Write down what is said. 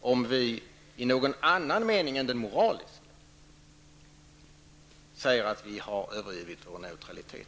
om vi i någon annan mening än den moraliska säger att vi har övergivit vår neutralitet?